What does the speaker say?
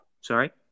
Sorry